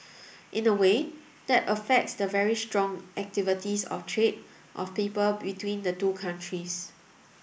in a way that affects the very strong activities of trade of people between the two countries